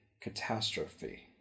catastrophe